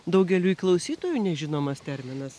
daugeliui klausytojų nežinomas terminas